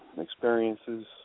experiences